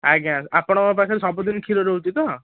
ଆଜ୍ଞା ଆପଣଙ୍କ ପାଖରେ ସବୁ ଦିନ କ୍ଷୀର ରହୁଛି ତ